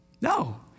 No